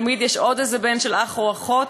תמיד יש עוד איזה בן של אח או אחות,